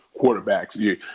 quarterbacks